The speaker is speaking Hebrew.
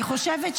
אני חושבת,